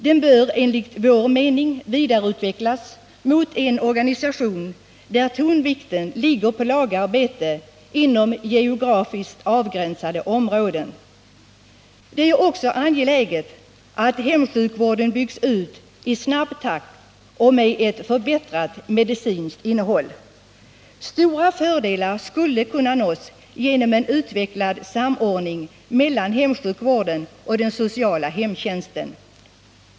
Den bör enligt vår mening vidareutvecklas mot en organisation, där tonvikten ligger på lagarbete inom geografiskt avgränsade områden. Det är också angeläget att hemsjukvården byggs ut i snabb takt och med ett förbättrat medicinskt innehåll. Stora fördelar skulle kunna nås genom en utvecklad samordning mellan hemsjukvården och den sociala hemtjänsten.